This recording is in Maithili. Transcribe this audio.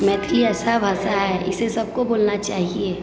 मैथिली ऐसा भाषा है इसे सबको बोलना चाहिए